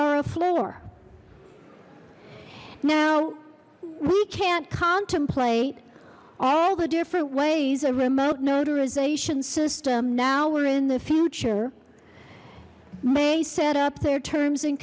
are a floor now we can't contemplate all the different ways a remote notarization system now we're in the future may set up their terms